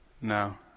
No